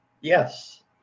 Yes